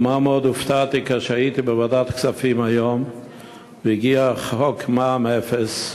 מה מאוד הופתעתי כאשר הייתי בוועדת כספים היום והגיע חוק מע"מ אפס,